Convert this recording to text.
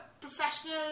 professional